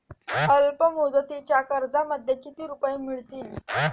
अल्पमुदतीच्या कर्जामध्ये किती रुपये मिळतील?